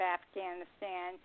Afghanistan